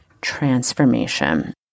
transformation